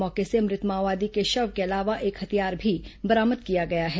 मौके से मृत माओवादी के शव के अलावा एक हथियार भी बरामद किया गया है